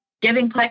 giving